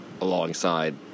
alongside